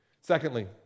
Secondly